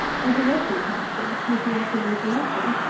are directly connected with the act of reproduction,